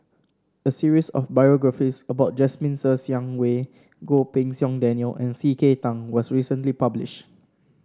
a series of biographies about Jasmine Ser Xiang Wei Goh Pei Siong Daniel and C K Tang was recently publish